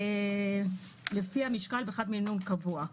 לפי המשקל ומינון קבוע.